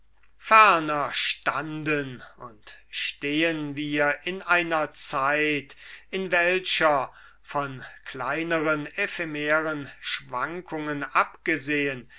ferner standen und stehen wir in einer zeit in welcher von kleineren ephemeren schwankungen abgesehen